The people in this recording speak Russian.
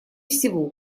всего